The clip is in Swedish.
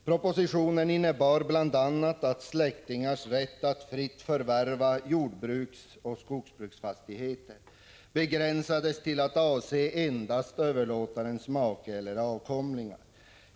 Propositionen innebar bl.a. att släktingars rätt att fritt förvärva jordbruksoch skogsfastigheter begränsades till att avse endast överlåtarens make eller avkomlingar.